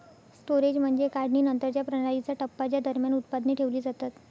storage म्हणजे काढणीनंतरच्या प्रणालीचा टप्पा ज्या दरम्यान उत्पादने ठेवली जातात